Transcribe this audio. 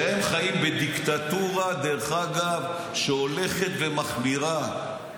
-- שהם חיים בדיקטטורה, דרך אגב, שהולכת ומחמירה.